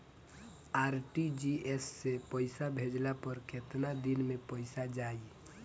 RTGS से पईसा भेजला पर केतना दिन मे पईसा जाई?